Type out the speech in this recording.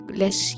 less